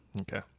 Okay